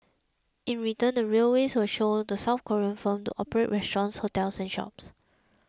in return the railways will allow the South Korean firm to operate restaurants hotels and shops